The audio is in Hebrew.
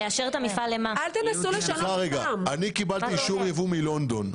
אני קיבלתי אישור יבוא מלונדון,